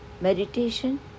meditation